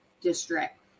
district